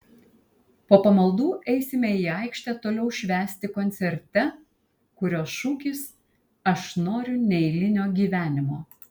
po pamaldų eisime į aikštę toliau švęsti koncerte kurio šūkis aš noriu neeilinio gyvenimo